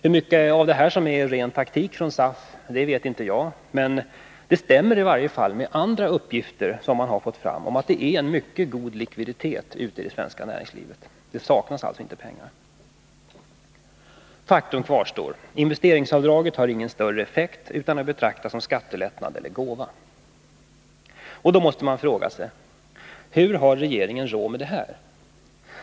Hur mycket av det här som är ren taktik från SAF vet inte jag, men det stämmer i varje fall med andra uppgifter som man har fått fram om att det är en mycket god likviditet ute i det svenska näringslivet. Det saknas alltså inte pengar. Faktum kvarstår: investeringsavdraget har ingen större effekt utan är att betrakta som en skattelättnad eller gåva. Då måste man fråga sig: Hur har regeringen råd med detta?